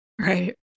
Right